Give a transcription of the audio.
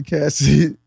Cassie